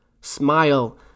Smile